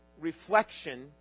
reflection